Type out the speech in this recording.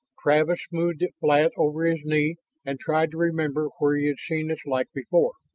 travis smoothed it flat over his knee and tried to remember where he had seen its like before.